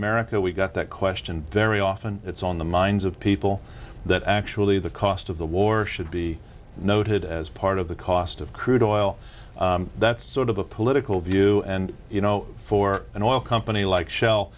america we've got that question very often it's on the minds of people that actually the cost of the war should be noted as part of the cost of crude oil that's sort of a political view and you know for an oil company like sh